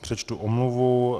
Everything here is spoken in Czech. Přečtu omluvu.